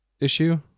issue